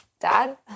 Dad